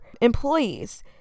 employees